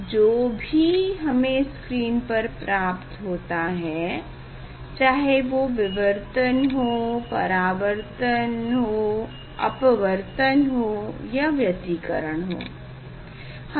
जो भी हमे स्क्रीन पर प्राप्त होता है चाहे वो विवर्तन हो परावर्तन हो अपवर्तन हो या व्यतिकरण हो हमे वस्तु का ही प्रतिबिंब प्राप्त होता है